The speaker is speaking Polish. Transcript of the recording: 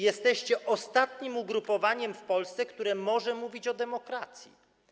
Jesteście ostatnim ugrupowaniem w Polsce, które może mówić o demokracji.